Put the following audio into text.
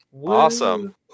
Awesome